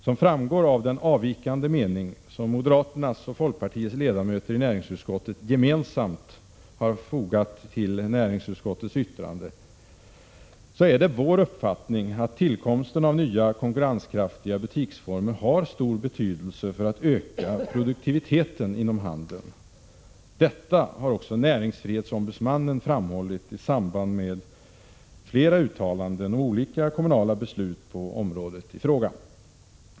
Som framgår av den avvikande mening som moderaternas och folkpartiets ledamöter i näringsutskottet gemensamt har fogat till näringsutskottets yttrande är det vår uppfattning att tillkomsten av nya konkurrenskraftiga butiksformer har stor betydelse för att öka produktiviteten inom handeln. Detta har också näringsfrihetsombudsmannen framhållit i flera uttalanden om olika kommunala beslut på området i fråga.